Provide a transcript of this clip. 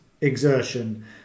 exertion